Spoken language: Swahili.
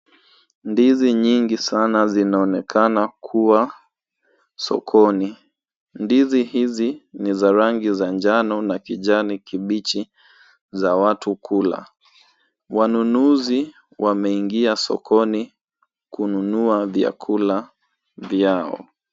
Ndizi nyingi sana zinaonekana kuwa sokoni. Ndizi hizi ni za rangi za njano na kijani kibichi za watu kula. Wanunuzi wameingia sokoni kununua vyakula vyao.